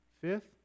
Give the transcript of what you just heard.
Fifth